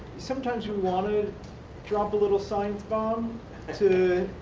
sometimes you want to drop a little science bomb to